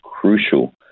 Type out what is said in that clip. crucial